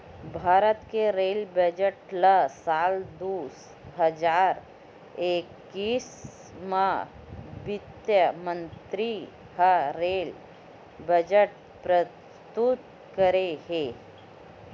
भारत के rail budget ल साल दू हजार एक्कीस म बित्त मंतरी ह रेल बजट प्रस्तुत करे हे